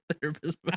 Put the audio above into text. therapist